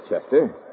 Chester